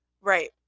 right